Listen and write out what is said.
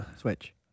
Switch